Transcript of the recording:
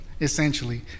essentially